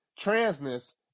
transness